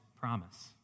promise